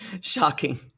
Shocking